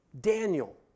Daniel